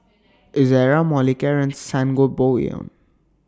Ezerra Molicare and Sangobion